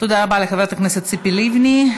תודה רבה לחברת הכנסת ציפי לבני.